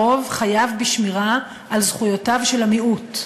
הרוב חייב בשמירה על זכויותיו של המיעוט,